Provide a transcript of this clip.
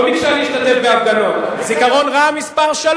תגיד: שיקרנו, הולכנו שולל.